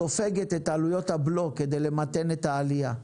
סופגת את עלויות הבלו כדי למתן את העלייה.